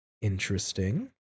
Interesting